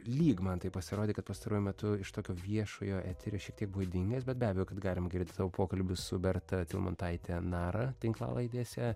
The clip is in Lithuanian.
lyg man taip pasirodė kad pastaruoju metu iš tokio viešojo eterio šiek tiek buvai dingęs bet be abejo kad galim tavo pokalbius su berta tilmantaite nara tinklalaidėse